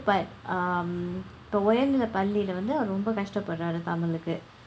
but um இப்போ உயர்நிலைப்பள்ளில வந்து ரொம்ப கஷ்டப்படுறான் தமிழுக்கு:ippoo uyarnilaippallila vandthu rompa kashtappaduraan tamizhukku